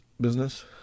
business